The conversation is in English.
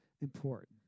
important